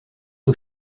aux